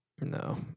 No